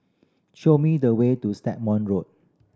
show me the way to Stagmont Road